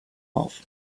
auf